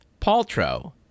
Paltrow